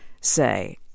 say